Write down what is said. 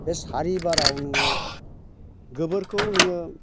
बे चारि बाराव नोङो गोबोरखौ नोङो